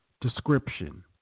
description